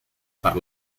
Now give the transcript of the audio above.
per